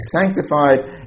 sanctified